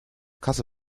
kasse